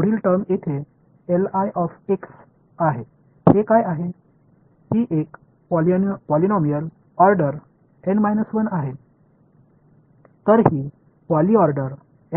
எனவே இந்த வெளிப்பாடு இங்கே ஒரு நிலையான வெளிப்பாடு அடுத்த வெளிப்பாடு